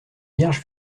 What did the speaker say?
vierge